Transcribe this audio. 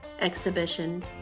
exhibition